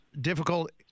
difficult